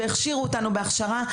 והכשירו אותנו בהכשרה,